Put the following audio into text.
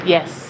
Yes